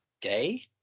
gay